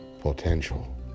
potential